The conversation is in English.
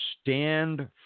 stand